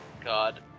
God